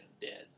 dead